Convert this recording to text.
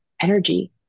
energy